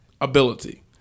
ability